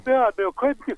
be abejo kaip gi